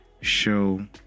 show